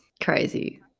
Crazy